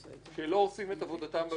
שלא עושים עבודתם בממשלה.